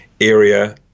area